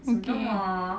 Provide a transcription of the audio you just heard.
okay